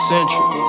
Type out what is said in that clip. Central